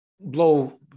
blow